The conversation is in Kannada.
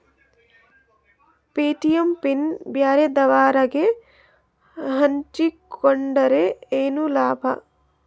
ಎ.ಟಿ.ಎಂ ಪಿನ್ ಬ್ಯಾರೆದವರಗೆ ಹಂಚಿಕೊಂಡರೆ ಏನು ಲಾಭ?